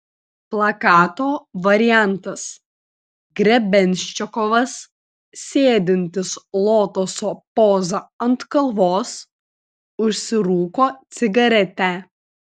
plakato variantas grebenščikovas sėdintis lotoso poza ant kalvos užsirūko cigaretę